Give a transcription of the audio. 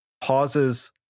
pauses